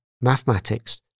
Mathematics